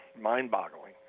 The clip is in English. mind-boggling